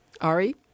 Ari